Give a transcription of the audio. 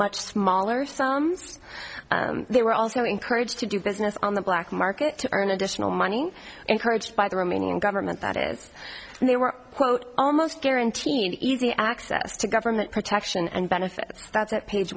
much smaller sums they were also encouraged to do business on the black market to earn additional money encouraged by the romanian government that is and they were quote almost guaranteed easy access to government protection and benefit